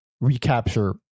recapture